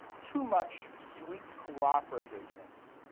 too much sweet co-cooperativeness.